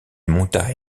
monta